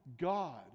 God